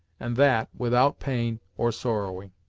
and that without pain, or sorrowing.